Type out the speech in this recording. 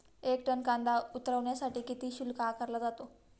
एक टन कांदा उतरवण्यासाठी किती शुल्क आकारला जातो?